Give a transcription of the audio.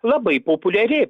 labai populiari